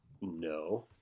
No